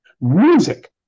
Music